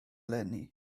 eleni